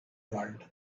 world